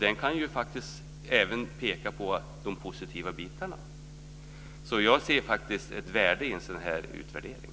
Den kan ju även peka på de positiva delarna, så jag ser faktiskt ett värde i en sådan utvärdering.